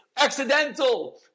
accidental